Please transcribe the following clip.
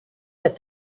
that